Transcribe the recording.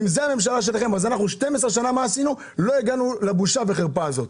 אם זו הממשלה שלכם אז אנחנו במשך 12 שנים לא הגענו לבושה וחרפה הזאת.